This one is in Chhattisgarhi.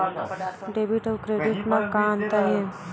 डेबिट अउ क्रेडिट म का अंतर हे?